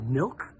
milk